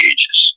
Ages